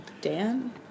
Dan